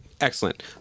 Excellent